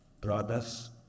Brothers